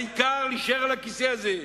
העיקר להישאר על הכיסא הזה,